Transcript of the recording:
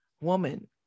woman